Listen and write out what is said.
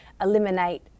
eliminate